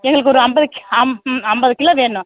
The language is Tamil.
எங்களுக்கு ஒரு ஐம்பது கி அம் ஐம்பது கிலோ வேணும்